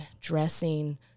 dressing